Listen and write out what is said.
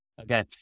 Okay